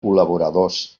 col·laboradors